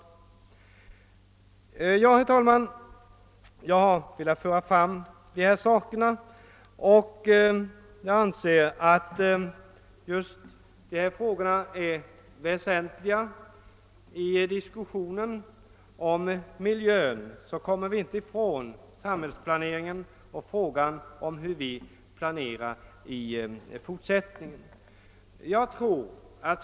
Ja, herr talman, jag har velat föra fram dessa spörsmål då jag anser att de är väsentliga. I diskussionen om miljön kommer vi inte ifrån samhällsplaneringen och frågan hur vi planerar i fortsättningen.